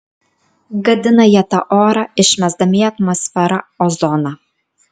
gadina jie tą orą išmesdami į atmosferą ozoną